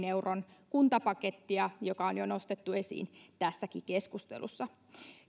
euron kuntapakettia joka on jo nostettu esiin tässäkin keskustelussa